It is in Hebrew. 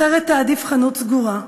אחרת תעדיף חנות סגורה.